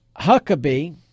Huckabee